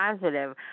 positive